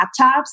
laptops